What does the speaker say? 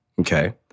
Okay